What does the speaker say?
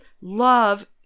love